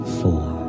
four